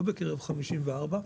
לא בקרב 54,